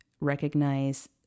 recognize